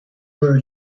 were